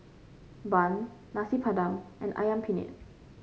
Bun Nasi Padang and ayam Penyet